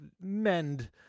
mend